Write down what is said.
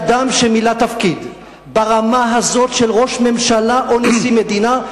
שאדם שמילא תפקיד ברמה הזאת של ראש ממשלה או נשיא מדינה,